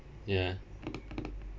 ya